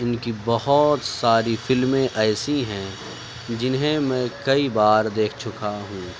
ان کی بہت ساری فلمیں ایسی ہیں جنہیں میں کئی بار دیکھ چکا ہوں